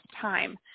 time